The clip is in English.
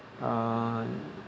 uh